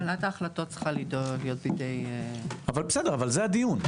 קבלת ההחלטות צריכה להיות בידי --- אבל זה הדיון,